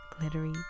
glittery